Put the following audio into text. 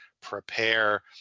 prepare